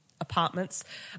apartments